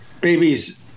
Babies